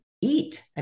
eat